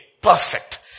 perfect